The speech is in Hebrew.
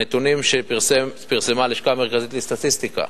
הנתונים שפרסמה הלשכה המרכזית לסטטיסטיקה